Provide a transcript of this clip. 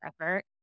effort